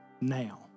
now